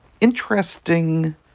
interesting